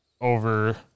over